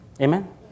amen